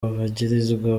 bagirizwa